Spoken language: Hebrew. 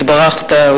התברכת,